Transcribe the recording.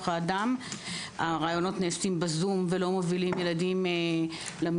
האדם היא שראיונות הקבלה למעונות נעשים בזום ולא מביאים ילדים למעונות.